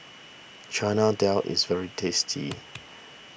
Chana Dal is very tasty